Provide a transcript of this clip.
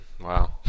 wow